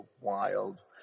wild